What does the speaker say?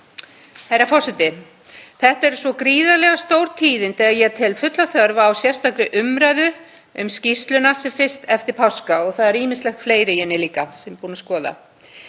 Þetta eru svo gríðarlega stór tíðindi að ég tel fulla þörf á sérstakri umræðu um skýrsluna sem fyrst eftir páska og það er ýmislegt fleira í henni líka sem ég er búin að skoða.